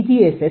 0098 છે